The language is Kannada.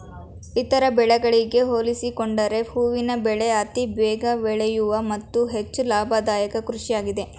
ಇತರ ಬೆಳೆಗಳಿಗೆ ಹೋಲಿಸಿಕೊಂಡರೆ ಹೂವಿನ ಬೆಳೆ ಅತಿ ಬೇಗ ಬೆಳೆಯೂ ಮತ್ತು ಹೆಚ್ಚು ಲಾಭದಾಯಕ ಕೃಷಿಯಾಗಿದೆ